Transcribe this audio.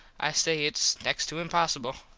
i say its next to impossible.